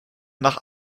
nach